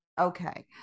okay